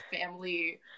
family